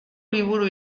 liburu